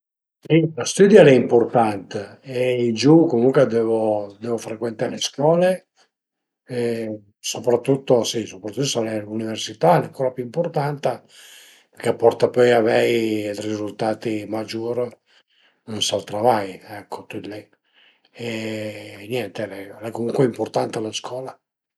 Si lë stüdi al e impurtant e i giuvu comuncue a dövu dövu frecuenté le scole e soprattutto si sopratüt së al e l'üniversità al e propi impurtanta perché a porta pöi a avei dë rizultati magiur sël travai ecco tüt li e niente al e comucue impurtanta la scola